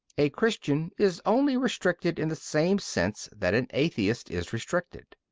a christian is only restricted in the same sense that an atheist is restricted.